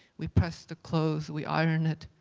we press the clothes, we iron it.